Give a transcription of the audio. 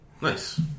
Nice